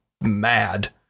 mad